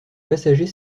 passagers